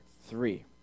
three